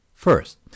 first